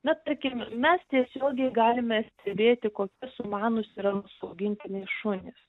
na tarkim mes tiesiogiai galime stebėti kokie sumanūs yra augintiniai šunys